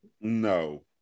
No